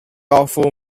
offer